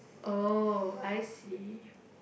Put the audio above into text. oh I see